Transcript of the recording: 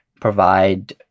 provide